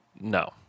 no